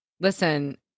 listen